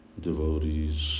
devotees